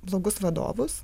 blogus vadovus